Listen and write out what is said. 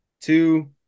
two